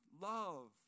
Love